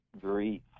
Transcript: grief